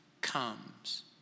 comes